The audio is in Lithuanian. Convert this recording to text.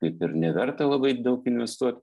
kaip ir neverta labai daug investuot